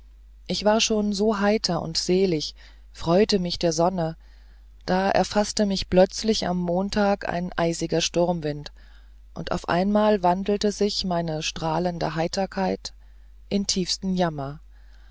ich war schon so heiter und selig freute mich der sonne da erfaßte mich plötzlich am montag ein eisiger sturmwind und auf einmal wandelte sich meine strahlende heiterkeit in tiefsten jammer